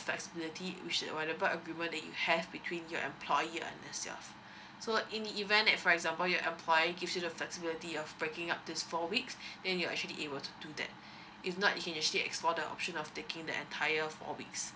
felxibiltiy which available agreement that you have between your employer and yourself so in the event that for example your employer gives you the flexibility of breaking up this four weeks the you're actually able to do that if not you can actually explore the option of taking the entire four weeks